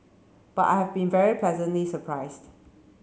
but I have been very pleasantly surprised